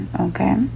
okay